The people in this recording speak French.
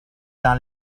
dans